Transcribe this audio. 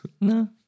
No